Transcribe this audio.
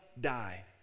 die